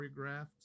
choreographed